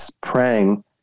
praying